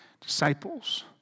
disciples